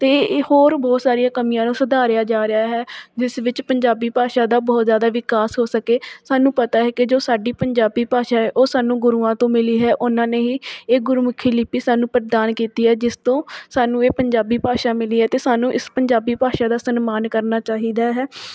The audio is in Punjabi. ਅਤੇ ਇਹ ਹੋਰ ਬਹੁਤ ਸਾਰੀਆਂ ਕਮੀਆਂ ਨੂੰ ਸੁਧਾਰਿਆ ਜਾ ਰਿਹਾ ਹੈ ਜਿਸ ਵਿੱਚ ਪੰਜਾਬੀ ਭਾਸ਼ਾ ਦਾ ਬਹੁਤ ਜ਼ਿਆਦਾ ਵਿਕਾਸ ਹੋ ਸਕੇ ਸਾਨੂੰ ਪਤਾ ਹੈ ਕਿ ਜੋ ਸਾਡੀ ਪੰਜਾਬੀ ਭਾਸ਼ਾ ਹੈ ਉਹ ਸਾਨੂੰ ਗੁਰੂਆਂ ਤੋਂ ਮਿਲੀ ਹੈ ਉਹਨਾਂ ਨੇ ਹੀ ਇਹ ਗੁਰਮੁੱਖੀ ਲਿੱਪੀ ਸਾਨੂੰ ਪ੍ਰਦਾਨ ਕੀਤੀ ਹੈ ਜਿਸ ਤੋਂ ਸਾਨੂੰ ਇਹ ਪੰਜਾਬੀ ਭਾਸ਼ਾ ਮਿਲੀ ਹੈ ਅਤੇ ਸਾਨੂੰ ਇਸ ਪੰਜਾਬੀ ਭਾਸ਼ਾ ਦਾ ਸਨਮਾਨ ਕਰਨਾ ਚਾਹੀਦਾ ਹੈ